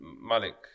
Malik